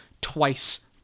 twice